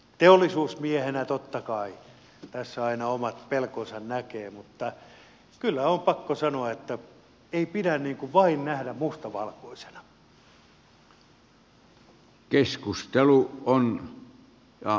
teollisuusmiehenä totta kai tässä aina omat pelkonsa näkee mutta kyllä on pakko sanoa että ei pidä vain nähdä asioita mustavalkoisina